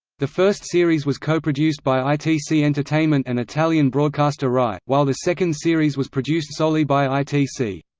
the first series was co-produced by itc entertainment and italian broadcaster rai, while the second series was produced solely by itc.